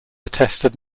attested